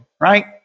right